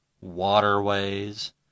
waterways